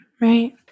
Right